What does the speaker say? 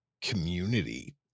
community